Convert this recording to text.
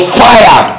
fire